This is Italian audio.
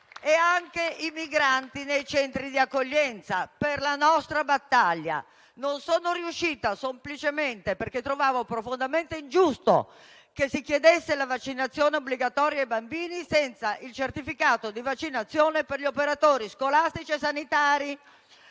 per i migranti nei centri di accoglienza: per la nostra battaglia. Non ci sono riuscita invece quando trovavo profondamente ingiusto che si chiedesse la vaccinazione obbligatoria ai bambini, senza il certificato di vaccinazione per gli operatori scolastici e sanitari